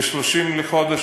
ב-30 בחודש,